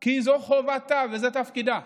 כי זו חובתה וזה תפקידה.